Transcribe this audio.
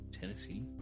Tennessee